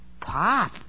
Pop